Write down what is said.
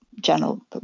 general